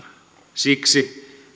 siksi